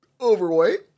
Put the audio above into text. Overweight